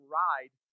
ride